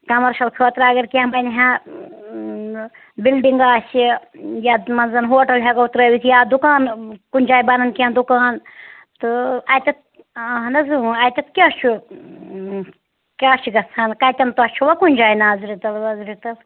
commercial خٲطرٕ اگر کیٚنٛہہ بَنہِ ہا بِلڈِنٛگ آسہِ یَتھ منٛز ہوٹَل ہٮ۪کو ترٛٲوِتھ یا دُکان کُنہِ جایہِ بَنَن کیٚنٛہہ دُکان تہٕ اَتٮ۪تھ اہن حظ اۭں اَتٮ۪تھ کیٛاہ چھُ کیٛاہ چھِ گژھان کَتٮ۪ن تۄہہِ چھُوا کُنہِ جایہِ نظرِ تَل وَظرِ تَل